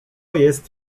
jest